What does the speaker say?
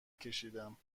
کشیدم